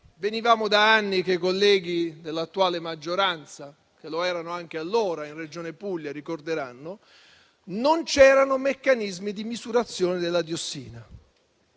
ricorderanno i colleghi dell'attuale maggioranza, che lo erano anche allora in Regione Puglia - non c'erano meccanismi di misurazione della diossina.